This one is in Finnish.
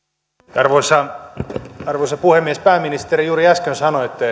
arvoisa arvoisa puhemies pääministeri juuri äsken sanoitte